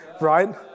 right